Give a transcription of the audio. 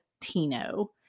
Tino